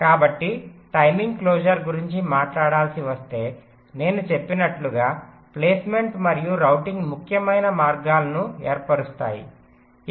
కాబట్టి timing closure గురించి మాట్లాడాలి వస్తే నేను చెప్పినట్లుగా ప్లేస్మెంట్ మరియు రౌటింగ్ ముఖ్యమైన మార్గాలను ఏర్పరుస్తాఇ